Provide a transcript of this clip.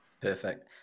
Perfect